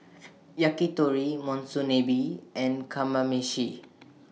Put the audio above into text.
Yakitori Monsunabe and Kamameshi